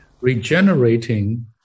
regenerating